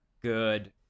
good